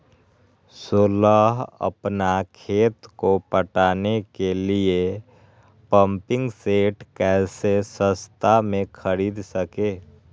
सोलह अपना खेत को पटाने के लिए पम्पिंग सेट कैसे सस्ता मे खरीद सके?